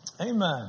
amen